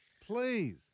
Please